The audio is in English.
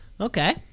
Okay